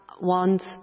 wants